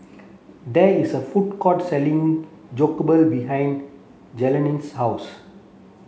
there is a food court selling Jokbal behind Jenelle's house